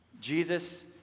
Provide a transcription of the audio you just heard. Jesus